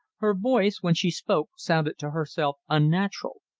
her voice, when she spoke, sounded to herself unnatural.